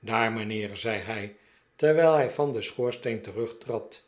daar mijnheer zei hij terwijl hij van den schoorsteen terugtrad